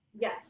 yes